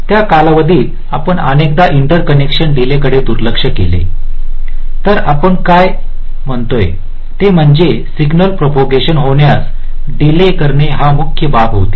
त्या कालावधीत आपण अनेकदा इंटरकनेक्शनच्या डीले कडे दुर्लक्ष केले तर आपण काय म्हणतोय ते म्हणजे सिग्नल प्रोपोगंशन होण्यास डीले करणे ही मुख्य बाब होती